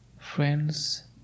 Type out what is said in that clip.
friends